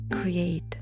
create